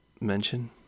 mention